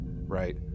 right